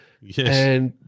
Yes